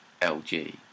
LG